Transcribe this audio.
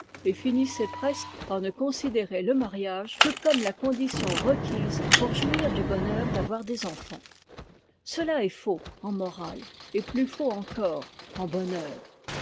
et finissaient presque par ne considérer e mariage que comme la condition requise pour jouir du bonheur d'avoir des enfants cela est faux en morale et plus faux encore en bonheur